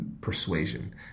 persuasion